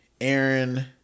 Aaron